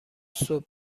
صبح